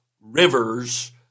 rivers